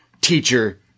teacher